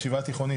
ישיבה תיכונית,